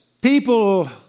people